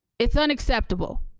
it's unacceptable.